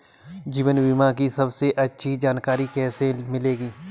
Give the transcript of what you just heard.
जीवन बीमा की सबसे अच्छी जानकारी कैसे मिलेगी?